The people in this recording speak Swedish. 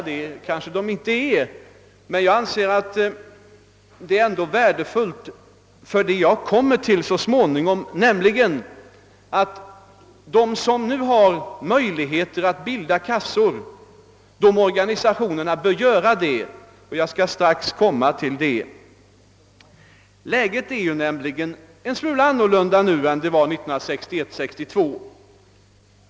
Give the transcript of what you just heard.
Det kanske de inte är, men jag anser att det ändå är värdefullt för det jag kommer till så småningom, nämligen att organisationer, som nu har möjligheter att bilda kassor, bör göra det. Läget är nämligen en smula annorlunda än det var 1961—1962.